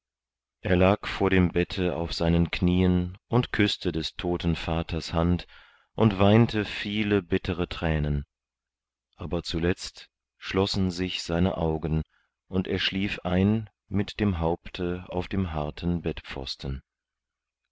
er lag vor dem bette auf seinen knieen und küßte des toten vaters hand und weinte viele bittere thränen aber zuletzt schlossen sich seine augen und er schlief ein mit dem haupte auf dem harten bettpfosten